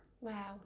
Wow